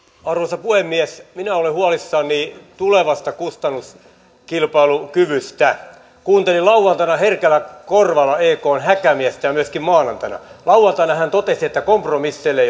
arvoisa puhemies minä olen huolissani tulevasta kustannuskilpailukyvystä kuuntelin lauantaina herkällä korvalla ekn häkämiestä ja ja myöskin maanantaina lauantaina hän totesi että kompromisseille